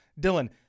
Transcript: Dylan